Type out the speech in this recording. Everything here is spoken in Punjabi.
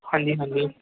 ਹਾਂਜੀ ਹਾਂਜੀ